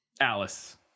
Alice